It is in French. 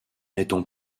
étant